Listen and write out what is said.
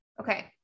okay